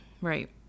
right